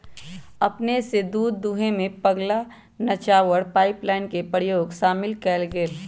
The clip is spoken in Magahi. अपने स दूध दूहेमें पगला नवाचार पाइपलाइन के प्रयोग शामिल कएल गेल